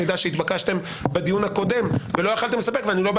מידע שהתבקשתם בדיון הקודם ולא יכולתם לספק ואני לא בא